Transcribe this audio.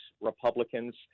Republicans